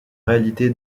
réalité